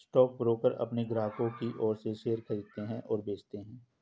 stockbroker अपने ग्राहकों की ओर से शेयर खरीदते हैं और बेचते हैं